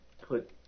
put